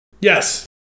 Yes